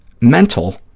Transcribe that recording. MENTAL